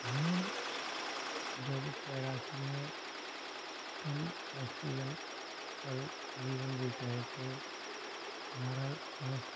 हमें जब तैराकी में कम ऑक्सीजन पर जीवन जीते हैं तो हमारा श्वांस